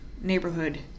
neighborhood